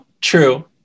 true